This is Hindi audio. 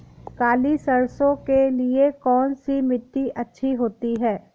काली सरसो के लिए कौन सी मिट्टी अच्छी होती है?